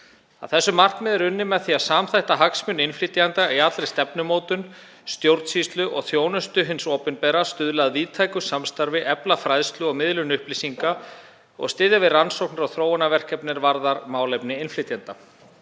þessu markmiði er unnið með því að samþætta hagsmuni innflytjenda í allri stefnumótun, stjórnsýslu og þjónustu hins opinbera, stuðla að víðtæku samstarfi, efla fræðslu og miðlun upplýsinga og styðja við rannsóknir og þróunarverkefni er varða málefni innflytjenda.